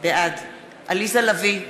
בעד עליזה לביא,